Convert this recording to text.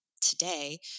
today